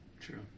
True